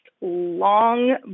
long